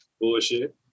bullshit